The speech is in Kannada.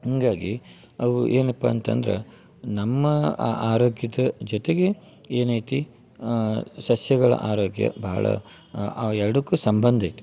ಹಂಗಾಗಿ ಅವು ಏನಪ್ಪ ಅಂತಂದ್ರ ನಮ್ಮ ಆರೋಗ್ಯದ ಜೊತೆಗೆ ಏನೈತಿ ಸಸ್ಯಗಳ ಆರೋಗ್ಯ ಭಾಳ ಆ ಎರಡಕ್ಕೂ ಸಂಬಂಧ ಐತಿ